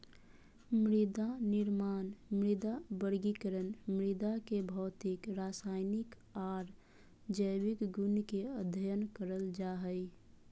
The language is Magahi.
मृदानिर्माण, मृदा वर्गीकरण, मृदा के भौतिक, रसायनिक आर जैविक गुण के अध्ययन करल जा हई